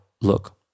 look